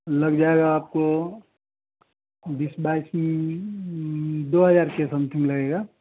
लग जाएगा आपको बीस बाइस दो हज़ार के समथिंग लगेगा